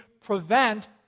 prevent